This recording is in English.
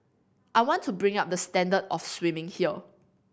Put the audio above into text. I want to bring up the standard of swimming here